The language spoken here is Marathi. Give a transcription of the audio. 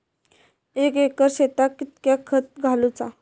एक एकर शेताक कीतक्या खत घालूचा?